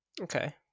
Okay